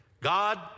God